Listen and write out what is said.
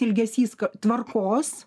ilgesys tvarkos